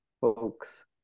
folks